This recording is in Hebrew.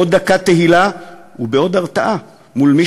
בעוד דקת תהילה ובעוד הרתעה מול מי